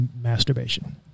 masturbation